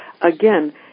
Again